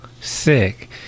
Sick